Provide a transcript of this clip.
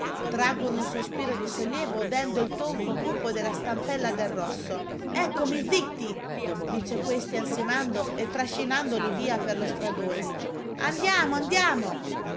traggono un sospiro di sollievo udendo il tonfo cupo della stampella del rosso eccomi zitti dice questi ansimando e trascinandoli via per lo stradone andiamo andiamo